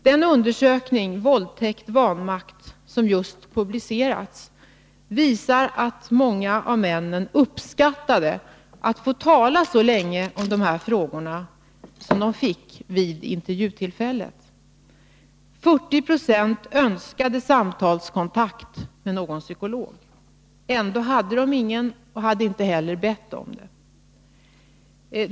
Den undersökning, Våldtäkt-vanmakt, som just publicerats visar att många av männen uppskattade att få tala så länge om de här frågorna som de fick vid intervjutillfället. 40 26 önskade samtalskontakt med någon psykolog. Ändå hade de ingen och hade inte heller bett om det.